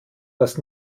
was